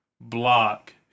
block